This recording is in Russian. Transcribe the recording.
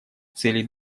целей